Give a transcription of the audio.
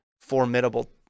formidable